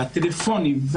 הטלפונים,